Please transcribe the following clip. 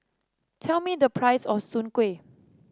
tell me the price of Soon Kueh